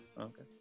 okay